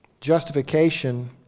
Justification